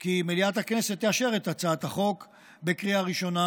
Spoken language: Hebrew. כי מליאת הכנסת תאשר את הצעת החוק בקריאה ראשונה